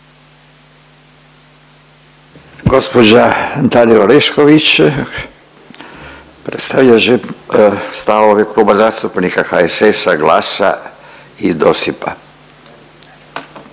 Gospođa Dalija Orešković predstavljat će stavove Kluba zastupnika HSS-a, GLAS-a i DOSIP-a.